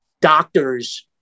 doctors